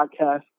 Podcast